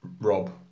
Rob